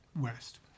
west